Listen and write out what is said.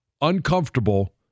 uncomfortable